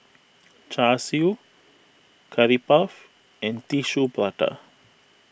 Char Siu Curry Puff and Tissue Prata